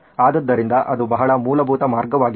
ಆದ್ದರಿಂದ ಅದು ಬಹಳ ಮೂಲಭೂತ ಮಾರ್ಗವಾಗಿದೆ